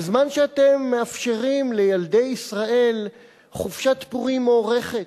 בזמן שאתם מאפשרים לילדי ישראל חופשת פורים מוארכת,